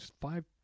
five